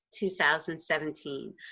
2017